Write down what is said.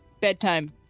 Bedtime